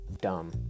Dumb